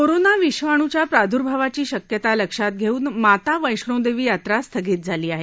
corona विषाणूच्या प्रादुर्भावाची शक्यता लक्षात घेऊन माता वैष्णौदेवी यात्रा स्थगित झाली आहे